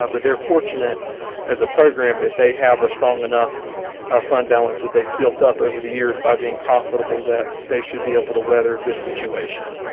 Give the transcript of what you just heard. ah but they're fortunate as a program that they have a strong enough ah fund balance that they've built up over the years by being profitable that they should be able to weather this situation.